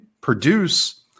produce